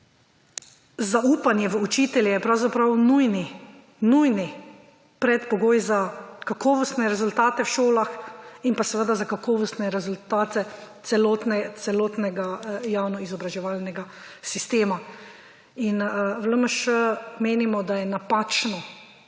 zaupanje v učitelje je pravzaprav nujni, - nujni – predpogoj za kakovostne rezultate v šolah in pa seveda za kakovostne rezultate celotnega javno izobraževalnega sistema. In v LMŠ menimo, da je napačno,